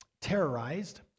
terrorized